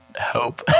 hope